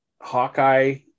Hawkeye